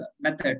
method